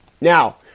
Now